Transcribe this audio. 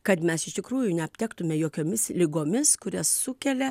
kad mes iš tikrųjų neaptektume jokiomis ligomis kurias sukelia